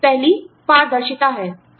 पहली पारदर्शिता है